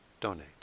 donate